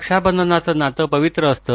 रक्षाबंधनाचं नातं पवित्र असतं